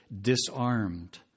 disarmed